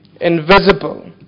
invisible